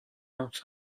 out